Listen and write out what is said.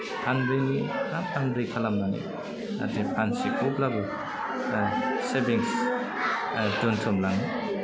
फानब्रैनि बा फानब्रै खालामनानै फानसेखौब्लाबो सेभिंस दोनथुमनाय